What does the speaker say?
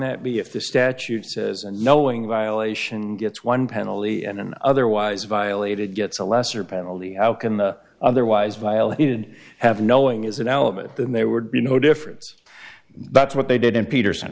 that be if the statute says and knowing violation gets one penalty and otherwise violated gets a lesser penalty how can the otherwise violated have knowing is irrelevant then there would be no difference that's what they did in peterson